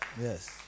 Yes